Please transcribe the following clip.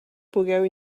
pugueu